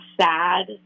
sad